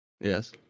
Yes